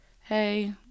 Hey